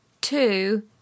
Two